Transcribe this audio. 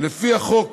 לפי החוק